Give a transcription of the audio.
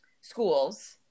schools